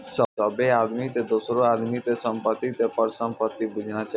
सभ्भे आदमी के दोसरो आदमी के संपत्ति के परसंपत्ति बुझना चाही